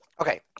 Okay